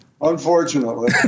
Unfortunately